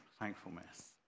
thankfulness